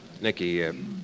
Nicky